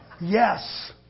Yes